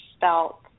felt